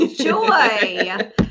Joy